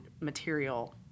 material